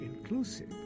inclusive